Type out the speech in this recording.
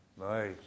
Nice